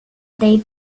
dig